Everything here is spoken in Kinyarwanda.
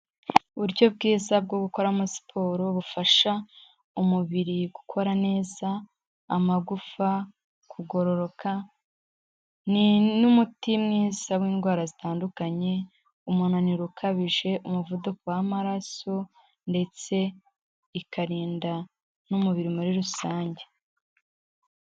Uburyo bwiza bwo gukoramo siporo bufasha umubiri gukora neza, amagufa, kugororoka n'umuti mwiza w'indwara zitandukanye umunaniro ukabije, umuvuduko w'amaraso ndetse ikarinda n'umubiri muri rusange.